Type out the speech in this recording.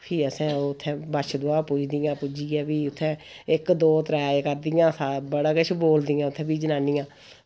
फ्ही असें उत्थें बच्छदुआ पूजदियां पूजियै फ्ही उत्थै इक दो त्रै करदियां बड़ा किश बोलदियां उत्थै फ्ही जनानियां